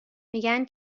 میگن